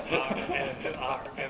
R_M 就 R_M